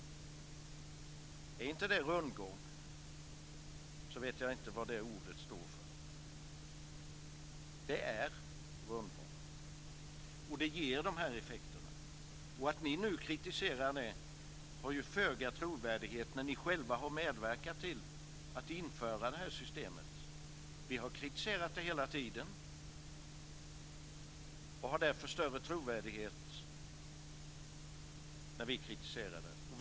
Om inte det är rundgång så vet jag inte vad det ordet står för. Det är rundgång, och det ger dessa effekter. Att ni nu kritiserar det har föga trovärdighet när ni själva har medverkat till att införa detta system. Vi har kritiserat det hela tiden och har därför större trovärdighet när vi kritiserar det.